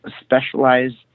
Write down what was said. specialized